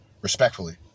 respectfully